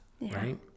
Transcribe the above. right